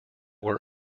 were